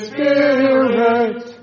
Spirit